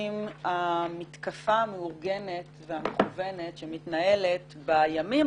המתקפה המאורגנת והמכוונת שמתנהלת בימים,